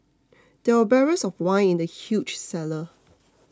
there were barrels of wine in the huge cellar